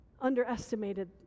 underestimated